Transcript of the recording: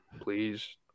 please